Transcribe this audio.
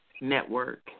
network